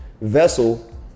vessel